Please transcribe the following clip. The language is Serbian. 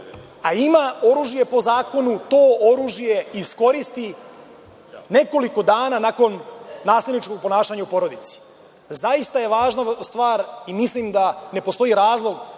a ima oružje po zakonu, to oružje iskoristi nekoliko dana nakon nasilničkog ponašanja u porodici. Zaista je važna stvar i mislim da ne postoji razlog